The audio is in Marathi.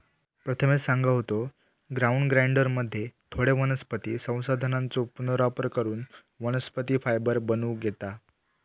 प्रथमेश सांगा होतो, ग्राउंड ग्राइंडरमध्ये थोड्या वनस्पती संसाधनांचो पुनर्वापर करून वनस्पती फायबर बनवूक येता